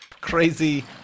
crazy